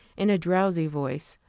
in a drowsy voice,